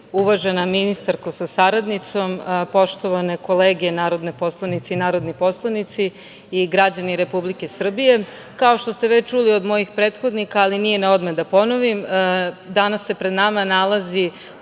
ministarko sa saradnicom, poštovane kolege narodne poslanice i narodni poslanici i građani Republike Srbije, kao što ste već čuli od mojih prethodnika, ali nije na odmet da ponovim, danas se pred nama nalazi